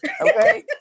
Okay